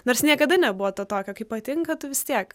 nors niekada nebuvo to tokio kai patinka tu vis tiek